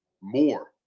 more